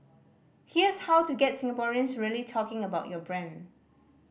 here's how to get Singaporeans really talking about your brand